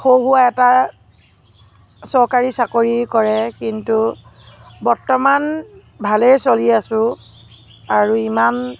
সৰু সুৰা এটা চৰকাৰী চাকৰি কৰে কিন্তু বৰ্তমান ভালেই চলি আছোঁ আৰু ইমান